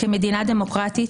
כמדינה דמוקרטית,